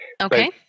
Okay